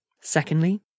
Secondly